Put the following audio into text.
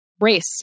race